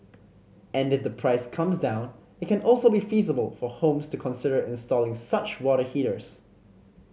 and if the price comes down it can also be feasible for homes to consider installing such water heaters